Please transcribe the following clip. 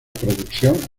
producción